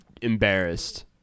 embarrassed